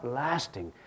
lasting